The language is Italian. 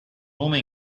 nome